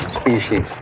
species